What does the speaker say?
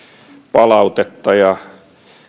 palautetta ja